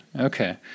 Okay